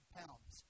pounds